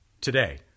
Today